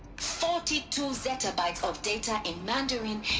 forty two zetabytes of data in mandarin.